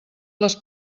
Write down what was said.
les